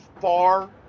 far